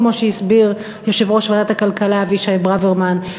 כמו שהסביר יושב-ראש ועדת הכלכלה אבישי ברוורמן,